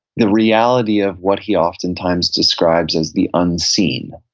the reality of what he oftentimes describes as the unseen.